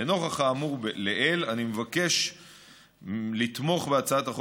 לנוכח האמור לעיל אני מבקש לתמוך בהצעת החוק